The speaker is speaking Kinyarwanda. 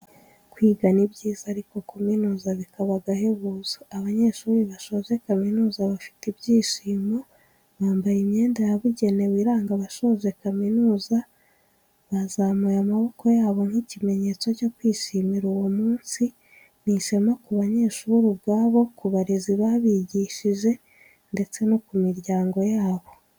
Kwiga ni byiza ariko kuminuza bikaba agahebuzo, abanyeshuri basoje kamizuza bafite ibyishimo, bambaye imyenda yabugenewe iranga abasoje kaminuza bazamuye amaboko yabo nk'ikimenyetso cyo kwishimira uwo munsi, ni ishema ku banyeshuri ubwabo, ku barezi babigishije ndetse no ku miryango yabo.